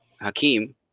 Hakeem